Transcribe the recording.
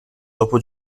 dopo